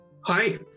Hi